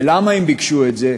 ולמה הם ביקשו את זה?